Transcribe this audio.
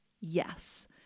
Yes